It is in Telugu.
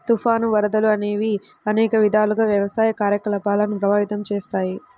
తుఫాను, వరదలు అనేవి అనేక విధాలుగా వ్యవసాయ కార్యకలాపాలను ప్రభావితం చేస్తాయి